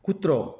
कुत्रो